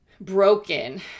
broken